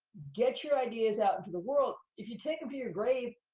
get your ideas our into the world. if you take em to your grave,